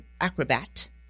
acrobat